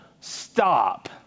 stop